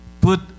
put